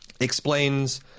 explains